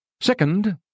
Second